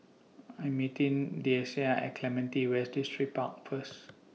I'm meeting Deasia At Clementi West Distripark First